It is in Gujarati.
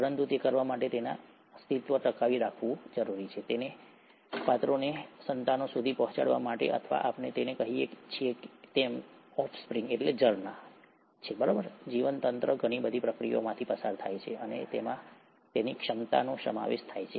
પરંતુ તે કરવા માટે તેના અસ્તિત્વને ટકાવી રાખવા માટે તેના પાત્રોને તેના સંતાનો સુધી પહોંચાડવા માટે અથવા આપણે તેને કહીએ છીએ તેમ તે ઓફ સ્પ્રિંગ્સઝરણા છે જીવતંત્ર ઘણી બધી પ્રક્રિયાઓમાંથી પસાર થાય છે અને તેમાં તેની ક્ષમતાનો સમાવેશ થાય છે